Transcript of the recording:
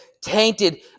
tainted